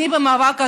אני במאבק הזה,